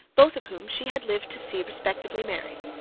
both of whom she had lived to see respectably married,